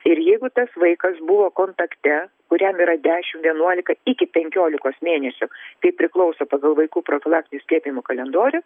ir jeigu tas vaikas buvo kontakte kuriam yra dešim vienuolika iki penkiolikos mėnesių tai priklauso pagal vaikų profilaktinių skiepijimų kalendorių